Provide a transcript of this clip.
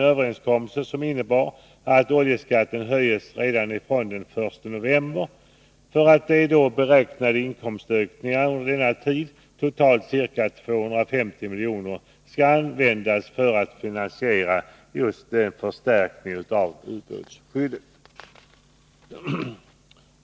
Överenskommelsen innebär att oljeskatten höjs redan från den första november, för att de beräknade inkomstökningarna under november och december, totalt ca 250 miljoner, skall användas till att finansiera just en förstärkning av ubåtsskyddet.